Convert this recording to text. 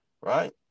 Right